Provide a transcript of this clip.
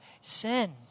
sin